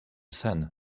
sen